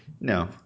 No